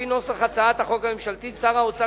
לפי נוסח הצעת החוק הממשלתית שר האוצר